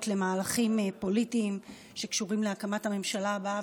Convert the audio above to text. למהלכים פוליטיים שקשורים להקמת הממשלה הבאה,